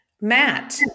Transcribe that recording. matt